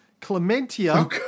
Clementia